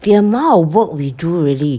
the amount of work we do really